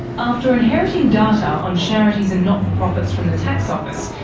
after inheriting data on charities and not-for-profits from the tax office,